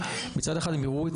מצד אחד, הם הראו את